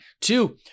two